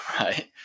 right